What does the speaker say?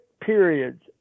periods